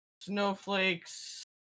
Snowflake's